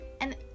And-